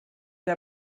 der